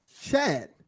Chad